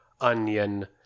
onion